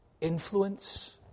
influence